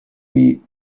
eat